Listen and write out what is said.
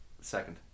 Second